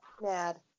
mad